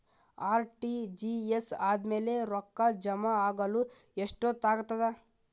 RTGS ಆದ್ಮೇಲೆ ರೊಕ್ಕ ಜಮಾ ಆಗಲು ಎಷ್ಟೊತ್ ಆಗತದ?